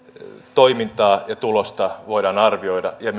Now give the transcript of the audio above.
toimintaa ja tulosta voidaan arvioida ja